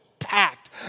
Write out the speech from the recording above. packed